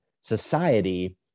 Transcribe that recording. society